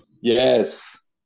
yes